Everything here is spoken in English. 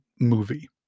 movie